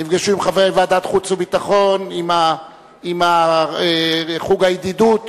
נפגשו עם חברי ועדת החוץ והביטחון ועם חוג הידידות